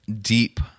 deep